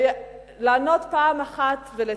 לענות פעם אחת ולתמיד,